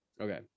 Okay